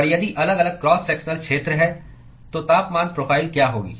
और यदि अलग अलग क्रॉस सेक्शनल क्षेत्र है तो तापमान प्रोफ़ाइल क्या होगी